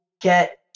get